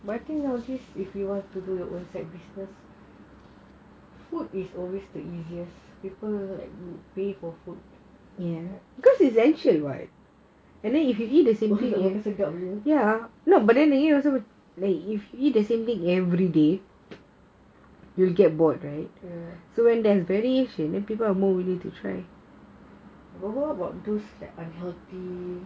but I think nowadays if you want to do your own side business food is always the easiest people like to pay for food makan sedap jer then what about those like unhealthy